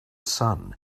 sun